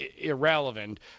irrelevant